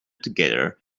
together